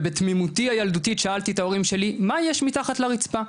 ובתמימותי הילדותית שאלתי את ההורים שלי מה יש מתחת לרצפה.